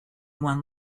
one